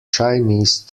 chinese